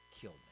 killed